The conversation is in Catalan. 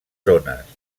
zones